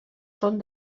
són